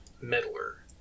Meddler